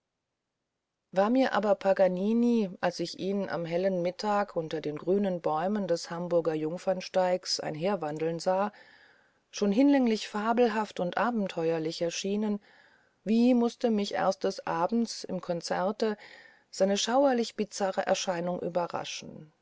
war mir aber paganini als ich ihn am hellen mittage unter den grünen bäumen des hamburger jungfernstiegs einherwandeln sah schon hinlänglich fabelhaft und abenteuerlich erschienen wie mußte mich erst des abends im konzerte seine schauerlich bizarre erscheinung überraschen